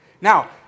Now